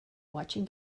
watching